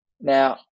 Now